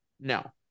No